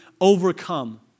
overcome